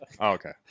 okay